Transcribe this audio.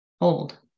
hold